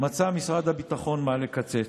מצא משרד הביטחון מה לקצץ.